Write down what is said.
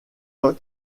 air